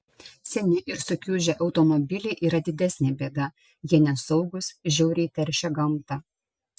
seni ir sukiužę automobiliai yra didesnė bėda jie nesaugūs žiauriai teršia gamtą